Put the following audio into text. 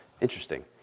Interesting